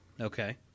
Okay